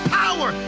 power